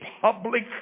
public